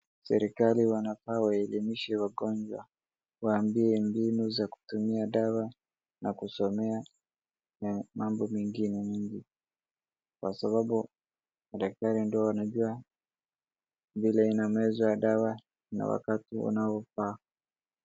Serekali wanafaa waelimishe wagonjwa wawaambie mbinu za kutumia dawa na kusomea mambo mengine mingi kwa sababu daktari ndio wanajua vile inamezwa dawa na wakati unaofaa.